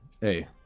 Hey